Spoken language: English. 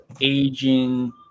aging